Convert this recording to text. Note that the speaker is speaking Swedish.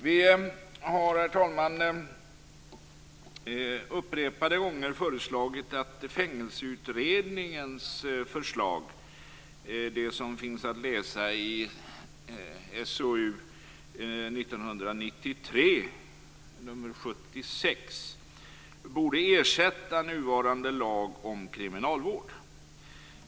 Vi har, herr talman, upprepade gånger föreslagit att Fängelseutredningens förslag, som redovisas i betänkandet SOU 1993:76, borde ersätta nuvarande lag om kriminalvård.